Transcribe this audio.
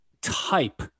type